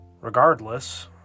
Regardless